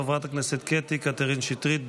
חברת הכנסת קטי קטרין שטרית,